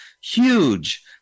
Huge